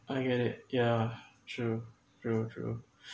I get it yeah true true true